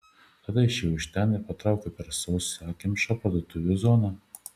tada išėjau iš ten ir patraukiau per sausakimšą parduotuvių zoną